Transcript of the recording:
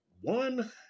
one